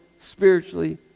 spiritually